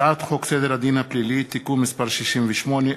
הצעת חוק סדר הדין הפלילי (תיקון מס' 68),